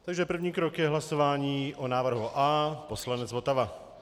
Takže první krok je hlasování o návrhu A, poslanec Votava.